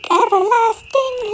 everlasting